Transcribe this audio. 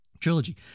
trilogy